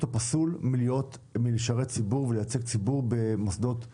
להיות פסול מלשרת ציבור ולייצג ציבור במוסדות ציבוריים.